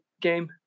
game